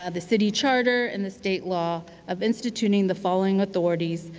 ah the city charter and the state law of instituting the following authorities.